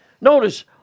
Notice